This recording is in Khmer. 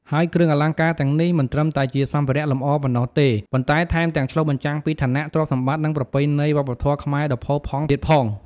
ហើយគ្រឿងអលង្ការទាំងនេះមិនត្រឹមតែជាសម្ភារៈលម្អប៉ុណ្ណោះទេ ប៉ុន្តែថែមទាំងឆ្លុះបញ្ចាំងពីឋានៈ ទ្រព្យសម្បត្តិ និងប្រពៃណីវប្បធម៌ខ្មែរដ៏ផូរផង់ទៀតផង។